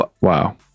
wow